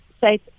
safe